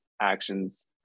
actions